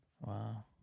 Wow